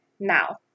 Now